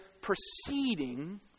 proceeding